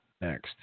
next